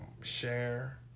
share